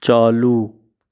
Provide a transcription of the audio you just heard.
चालू